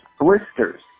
blisters